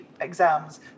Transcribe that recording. exams